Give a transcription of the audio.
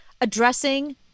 addressing